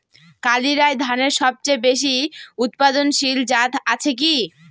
কালিরাই ধানের সবচেয়ে বেশি উৎপাদনশীল জাত আছে কি?